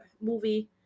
movie